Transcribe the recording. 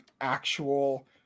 actual